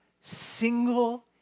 single